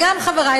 השרים, חברותי